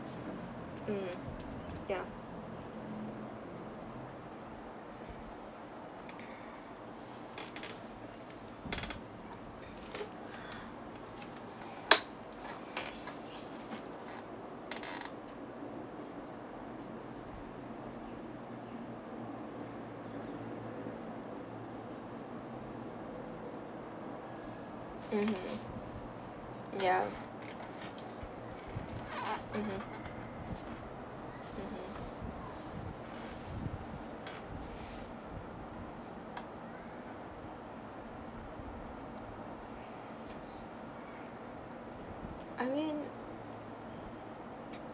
mm ya mmhmm ya mmhmm mmhmm I mean